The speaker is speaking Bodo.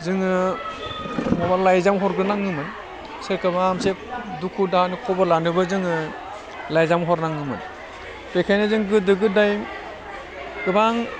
जोङो माबा लाइजाम हरग्रोनाङोमोन सोरखौबा मोनसे दुखु दाहा खबर लानोबो जोङो लाइजाम हरनाङोमोन बेखायनो जों गोदो गोदाय गोबां